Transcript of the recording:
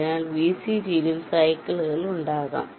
അതിനാൽ VCG യിലും സൈക്കിളുകൾ ഉണ്ടാകാം